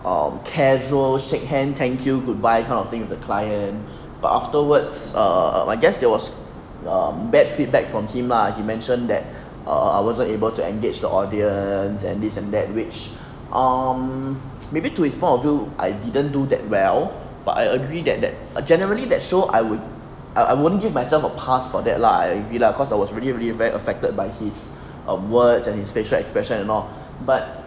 um casual shake hand thank you good bye kind of thing with the client but afterwards uh I guess there was um bad feedback from him lah he mentioned that err I wasn't able to engage the audience and this and that which um maybe to his point of view I didn't do that well but I agree that that uh generally that show I would I wouldn't give myself a pass for that like I agree lah cause I was really really very affected by his words and his facial expression and all but